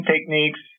techniques